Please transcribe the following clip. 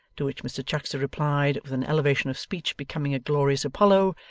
to which mr chuckster replied, with an elevation of speech becoming a glorious apollo,